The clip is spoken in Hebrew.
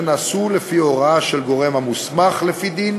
נעשו לפי הוראה של גורם המוסמך לפי דין